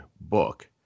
book